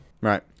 Right